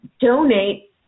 donate